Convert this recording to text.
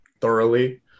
thoroughly